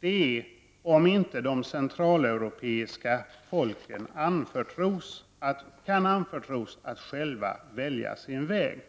är om inte de centraleuropeiska folken kan anförtros att själva välja sin väg.